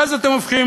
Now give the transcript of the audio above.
ואז אתם הופכים,